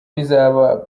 bizaba